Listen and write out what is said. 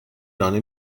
لانه